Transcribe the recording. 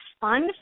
fund